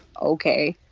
okay,